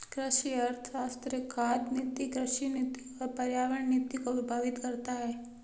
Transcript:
कृषि अर्थशास्त्र खाद्य नीति, कृषि नीति और पर्यावरण नीति को प्रभावित करता है